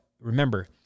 remember